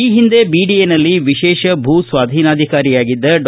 ಈ ಹಿಂದೆ ಬಿಡಿಎನಲ್ಲಿ ವಿಶೇಷ ಭೂ ಸ್ವಾಧೀನಾಧಿಕಾರಿಯಾಗಿದ್ದ ಡಾ